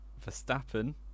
Verstappen